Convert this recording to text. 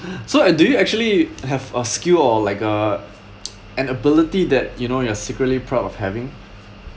so uh do you actually have a skill or like a an ability that you know you are secretly proud of having